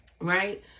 right